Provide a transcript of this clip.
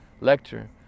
lecture